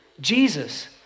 Jesus